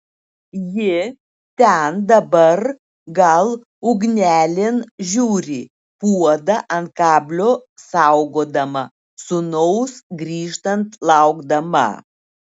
ji ten dabar gal ugnelėn žiūri puodą ant kablio saugodama sūnaus grįžtant laukdama